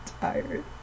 tired